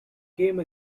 game